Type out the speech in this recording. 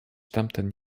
tamten